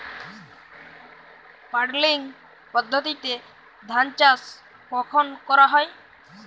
Puddling পদ্ধতিতে ধান চাষ কখন করা হয়?